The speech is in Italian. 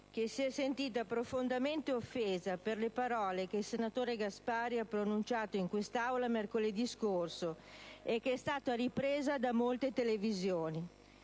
che si è sentita profondamente offesa dalle parole che il senatore Gasparri ha pronunciato in quest'Aula lo scorso venerdì e che sono state riprese da molte televisioni.